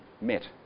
met